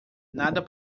nada